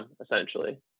essentially